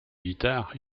guitares